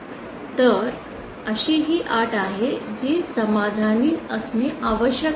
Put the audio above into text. तर अशीही अट आहे जी समाधानी असणे आवश्यक आहे